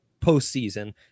postseason